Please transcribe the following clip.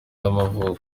y’amavuko